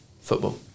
football